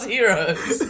Heroes